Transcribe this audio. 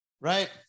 right